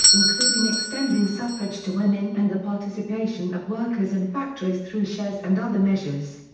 including extending suffrage to women and the participation of workers in factories through shares and other measures.